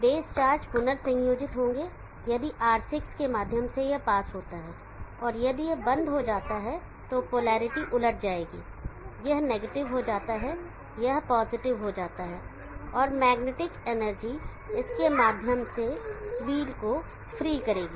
base charge पुनर्संयोजित होंगे यदि R6 के माध्यम से यह पास होता है और यदि यह बंद हो जाता है तो पोलैरिटी उलट जाएगी यह नेगेटिव हो जाता है यह पॉजिटिव हो जाता है और मैग्नेटिक एनर्जी इसके माध्यम से व्हील को फ्री करेगी